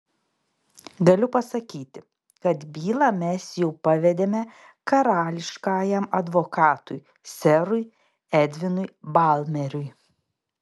galiu pasakyti kad bylą mes jau pavedėme karališkajam advokatui serui edvinui balmeriui